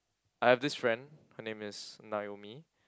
I have this friend her name is Naomi